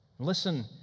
Listen